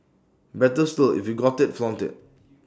better still if you've got IT flaunt IT